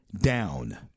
down